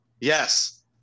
yes